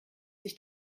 sich